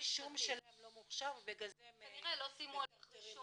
הרישום שלהם לא מוכשר ובגלל זה הם מטרטרים אותם.